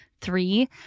three